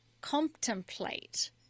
contemplate